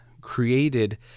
created